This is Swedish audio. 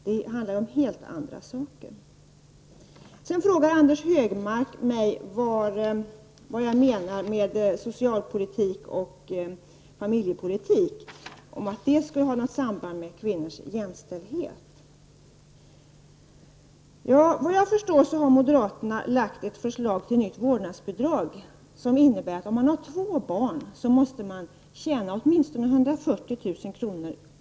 Det handlar ju om helt andra saker. Anders Högmark frågade mig vad jag menar med socialpolitik och familjepolitik och att det skulle ha något samband med kvinnors jämställdhet. Vad jag förstår har moderaterna lagt ett förslag till nytt vårdnadsbidrag, som innebär att man om man har två barn måste tjäna åtminstone 140 000 kr.